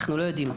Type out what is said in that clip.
אנחנו לא יודעים,